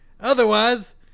Otherwise